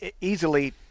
easily